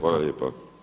Hvala lijepa.